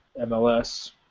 MLS